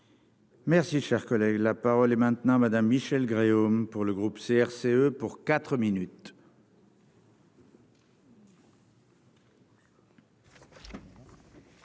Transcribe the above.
Merci, cher collègue, la parole est maintenant madame Michelle Gréaume pour le groupe CRCE pour 4 minutes. Monsieur